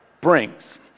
brings